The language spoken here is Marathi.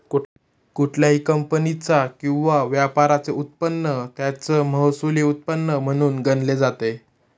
कुठल्याही कंपनीचा किंवा व्यापाराचे उत्पन्न त्याचं महसुली उत्पन्न म्हणून गणले जाते